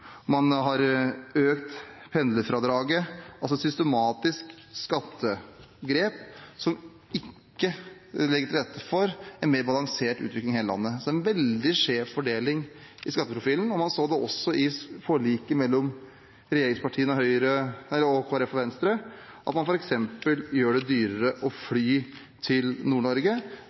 man har økt pendlerfradraget, altså et systematisk skattegrep som ikke legger til rette for en mer balansert utvikling i hele landet. Det er en veldig skjev fordeling i skatteprofilen, og man så det også i forliket mellom regjeringspartiene og Kristelig Folkeparti og Venstre, f.eks. gjør man det dyrere å fly til